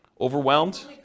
Overwhelmed